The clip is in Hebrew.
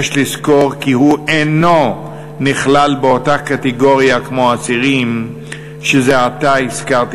יש לזכור כי הוא אינו נכלל באותה קטגוריה כמו האסירים שזה עתה הזכרתי.